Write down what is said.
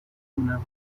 دونم